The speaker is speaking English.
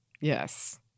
Yes